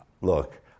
look